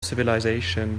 civilization